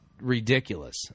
ridiculous